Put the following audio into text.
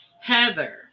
Heather